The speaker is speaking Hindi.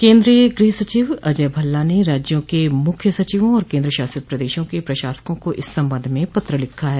केन्द्रीय गृह सचिव अजय भल्ला ने राज्यों के मुख्य सचिवों और केन्द्र शासित प्रदेशों के प्रशासकों को इस सबंध में पत्र लिखा है